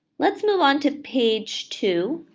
let's move on to page two.